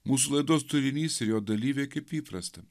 mūsų laidos turinys ir jo dalyviai kaip įprasta